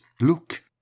look